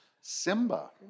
Simba